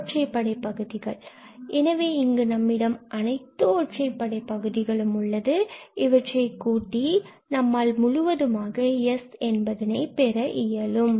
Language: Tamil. ஆகும் எனவே இங்கு நம்மிடம் அனைத்து ஒற்றைப்படை பகுதிகளும் உள்ளது இவற்றை கூட்டி நம்மால் முழுவதுமாக S என்பதனை பெற இயலும்